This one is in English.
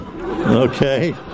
okay